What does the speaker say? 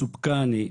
מסופקני.